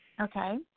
Okay